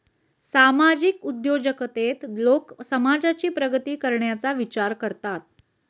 सामाजिक उद्योजकतेत लोक समाजाची प्रगती करण्याचा विचार करतात